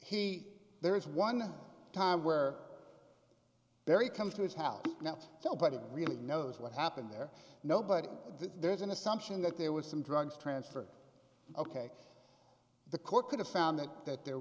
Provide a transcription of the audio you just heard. he there is one time were very comes to his house not so but it really knows what happened there nobody there's an assumption that there was some drugs transfer ok the court could have found that that there